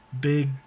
big